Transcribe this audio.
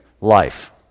life